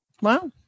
Wow